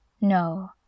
No